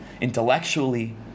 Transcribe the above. intellectually